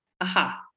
Aha